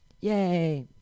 Yay